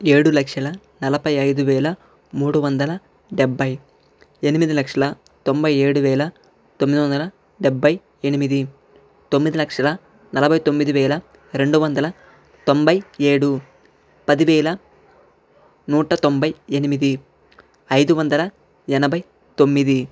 ఏడు లక్షల నలభై ఐదువేల మూడు వందల డెబ్భై ఎనిమిది లక్షల తొంభై ఏడు వేల తొమ్మిది వందల డెబ్భై ఎనిమిది తొమ్మిది లక్షల నలభై తొమ్మిది వేల రెండు వందల తొంభై ఏడు పదివేల నూట తొంభై ఎనిమిది ఐదు వందల ఎనభై తొమ్మిది